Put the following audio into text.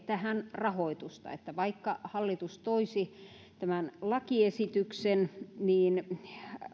tähän rahoitusta vaikka hallitus toisi tämän lakiesityksen niin